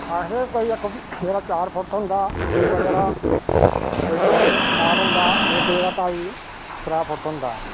आखदे कोई इक चार फुट होंदा दूआ जेहड़ा कोई पौने चार होंदा इक जेहड़ा ढाई होंदा